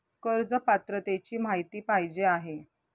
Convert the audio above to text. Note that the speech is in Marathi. कर्ज पात्रतेची माहिती पाहिजे आहे?